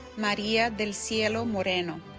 maria del cielo moreno